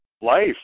life